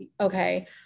okay